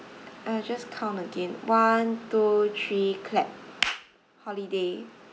I just count again one two three clap holiday